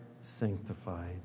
sanctified